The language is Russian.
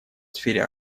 сфере